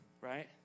right